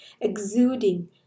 exuding